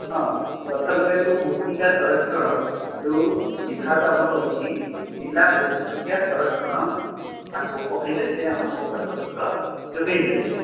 ହଁ ଗଛ ଲଗାଇବାକୁ ମୃତ୍ତିକା ସଂରକ୍ଷଣ ଯେଉଁ ବିଭାଗ ଆମର ଅଛି ପିଲା ମୃତ୍ତିକା ସଂରକ୍ଷଣ ତାଙ୍କୁ କହିଲେ ସେ ଆମକୁ ଗଛ ପତ୍ର ଯୋଗାଇ ଦେବେ